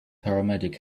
paramedic